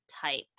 type